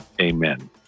amen